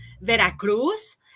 Veracruz